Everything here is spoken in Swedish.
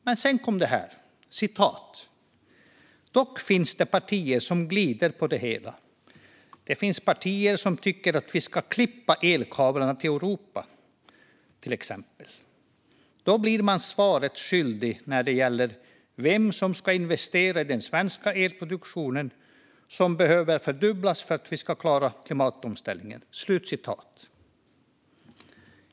Men sedan kom det här: "Dock finns det partier som glider på det hela. Det finns partier som tycker att vi ska klippa elkablarna till Europa, till exempel. Då blir man svaret skyldig när det gäller vem som ska investera i den svenska elproduktionen, som behöver fördubblas för att vi ska klara klimatomställningen."